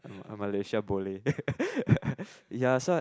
a Malaysia boleh ya so